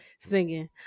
Singing